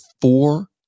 four